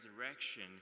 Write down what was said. resurrection